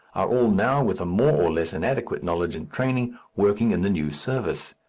are all now, with a more or less inadequate knowledge and training, working in the new service.